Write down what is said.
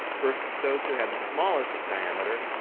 versus those who had the smallest diameter,